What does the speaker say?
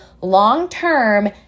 long-term